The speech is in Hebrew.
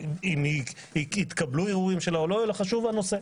אם יתקבלו ערעורים שלה או לא, הנושא חשוב.